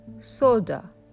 soda